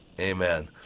Amen